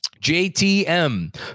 JTM